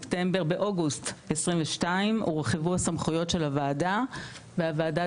באוגוסט 2022 הורחבו סמכויות הוועדה והוועדה